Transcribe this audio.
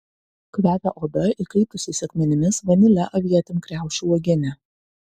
kvepia oda įkaitusiais akmenimis vanile avietėm kriaušių uogiene